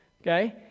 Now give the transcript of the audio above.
okay